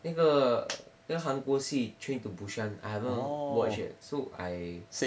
那个那个韩国戏 train to busan I haven't watch yet so I